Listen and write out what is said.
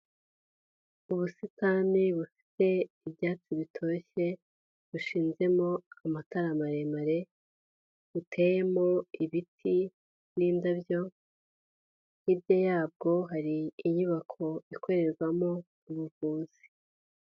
Ubusitani bufite ibyatsi bitoshye bushinzemo amatara maremare buteyemo ibiti n'indabyo, hirya yabwo hari inyubako ikorerwamo ubuvuzi.